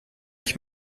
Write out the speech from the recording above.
ich